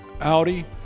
Audi